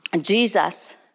Jesus